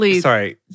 sorry